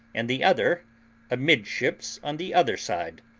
and the other amidships on the other side.